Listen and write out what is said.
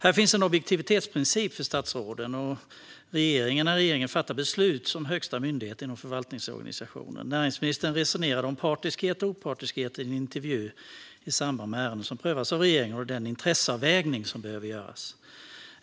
Det finns en objektivitetsprincip för statsråden och regeringen när regeringen fattar beslut som högsta myndighet inom förvaltningsorganisationen. Näringsministern resonerade i en intervju om partiskhet och opartiskhet i samband med ärenden som prövas av regeringen och den intresseavvägning som behöver göras.